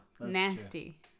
nasty